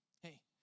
hey